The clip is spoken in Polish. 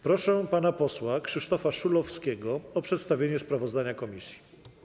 Proszę pana posła Krzysztofa Szulowskiego o przedstawienie sprawozdania komisji.